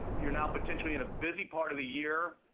you're now potentially in a busy part of the year.